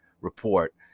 report